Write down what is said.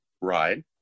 ride